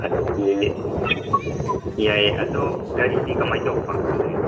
ꯑꯗꯨꯗꯒꯤ ꯌꯥꯏꯑꯦ ꯑꯗꯣ ꯒꯥꯔꯤꯗꯤ ꯀꯃꯥꯏꯅ ꯇꯧꯕ